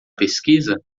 pesquisa